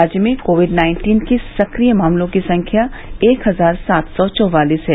राज्य में COVID nineteen के सक्रिय मामलों की संख्या एक हजार सात सौ चौवालीस है